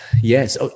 yes